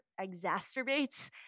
exacerbates